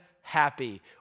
happy